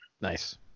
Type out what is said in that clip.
nice